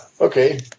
Okay